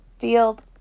field